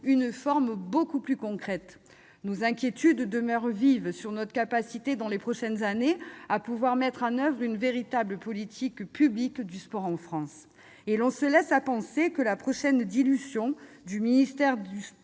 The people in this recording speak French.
forme beaucoup plus concrète. Nos inquiétudes demeurent vives sur notre capacité, dans les prochaines années, à mettre en oeuvre une véritable politique publique du sport en France. Et l'on en vient à penser que la prochaine dilution du ministère des sports